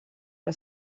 que